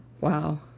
Wow